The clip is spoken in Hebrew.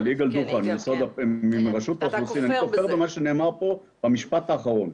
מה שנאמר פה, המשפט האחרון.